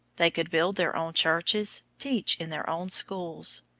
they could build their own churches, teach in their own schools.